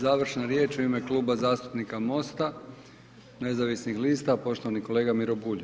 Završna riječ u ime Kluba zastupnika MOST-a nezavisnih lista, poštovani kolega Miro Bulj.